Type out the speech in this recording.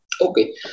Okay